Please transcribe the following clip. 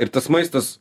ir tas maistas